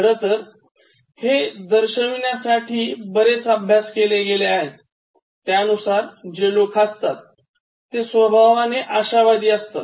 खरं तर हे दर्शविण्यासाठी बरेच अभ्यास केले गेले आहेत त्यानुसार जे लोक हसतात ते स्वभावाने आशावादी असतात